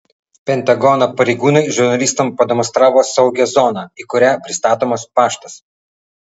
pentagono pareigūnai žurnalistams pademonstravo saugią zoną į kurią pristatomas paštas